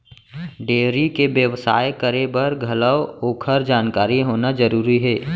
dairy के बेवसाय करे बर घलौ ओकर जानकारी होना जरूरी हे